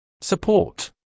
Support